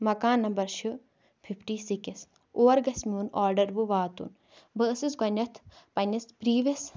مکان نمبر چھِ fifty six اور گژھِ میون آڈَر وۄنۍ واتُن بہٕ ٲسٕس گۄڈنٮ۪تھ پنٛںِس پِرٛیٖوٮ۪س